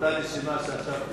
באותה נשימה שאתה מדבר,